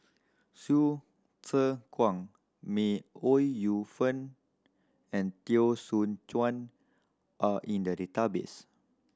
Hsu Tse Kwang May Ooi Yu Fen and Teo Soon Chuan are in the database